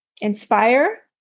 inspire